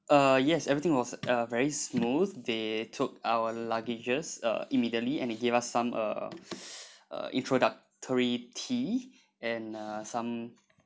uh yes everything was uh very smooth they took our luggages uh immediately and they gave us some a a introductory tea and uh some